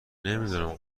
نمیدونم